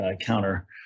counter